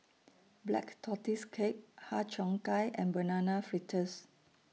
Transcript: Black Tortoise Cake Har Cheong Gai and Banana Fritters